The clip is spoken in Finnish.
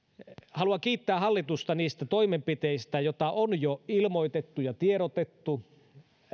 haluan kiittää hallitusta niistä toimenpiteistä elinkeinoelämän ja suomalaisen talouden tukemiseksi joita on jo ilmoitettu ja tiedotettu